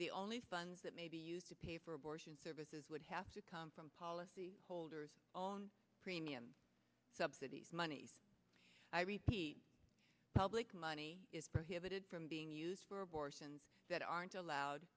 the only funds that may be used to pay for abortion services would have to come from policy holders on premium subsidies money i repeat public money is prohibited from being used for abortions that aren't allowed